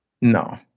no